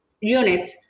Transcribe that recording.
unit